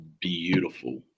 beautiful